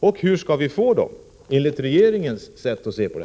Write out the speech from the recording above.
Och hur skall vi få dem till stånd, enligt regeringens sätt att se det?